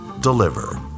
Deliver